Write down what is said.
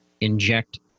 inject